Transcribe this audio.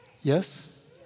Yes